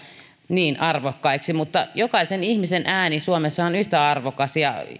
niin arvokkaiksi mutta jokaisen ihmisen ääni suomessa on yhtä arvokas ja